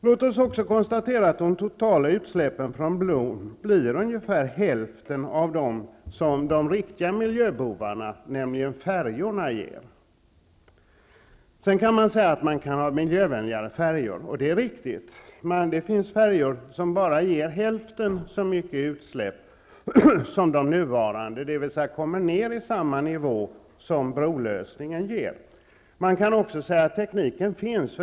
Låt oss också konstatera att de totala utsläppen från bron blir ungefär hälften så stora som utsläppen från de riktiga miljöbovarna, nämligen färjorna. Det är riktigt att man kan ha miljövänligare färjor. Det finns färjor som bara släpper ut hälften så mycket som de nuvarande, dvs. de kommer ner i samma nivå som brolösningen. Man kan också säga att tekniken finns.